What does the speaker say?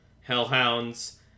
hellhounds